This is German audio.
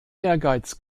ehrgeiz